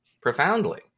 profoundly